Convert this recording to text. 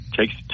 takes